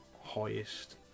highest